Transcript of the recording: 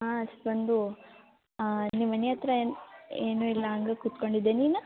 ಹಾಂ ಸ್ಪಂದು ಹಾಂ ನಿಮ್ಮನೆ ಹತ್ರ ಏನು ಇಲ್ಲ ಅಂದು ಕೂತ್ಕೊಂಡಿದ್ದೆ ನೀನು